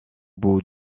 bout